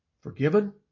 forgiven